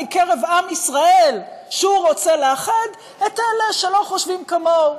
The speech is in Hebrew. מקרב עם ישראל שהוא רוצה לאחד את אלה שלא חושבים כמוהו.